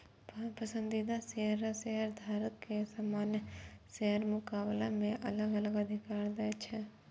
पसंदीदा शेयर शेयरधारक कें सामान्य शेयरक मुकाबला मे अलग अलग अधिकार दै छै